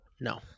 No